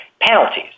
penalties